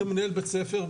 כמנהל בית ספר,